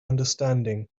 understanding